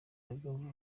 babyumva